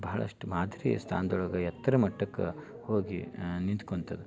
ಬಹಳಷ್ಟು ಮಾದರಿಯ ಸ್ಥಾ ನದೊಳಗ ಎತ್ತರ ಮಟ್ಟಕ್ಕೆ ಹೋಗಿ ನಿಂತ್ಕೊಂಥದ್ದು